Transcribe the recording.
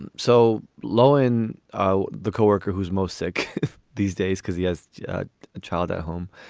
and so low in ah the co-worker who's most sick these days because he has a child at home.